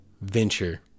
venture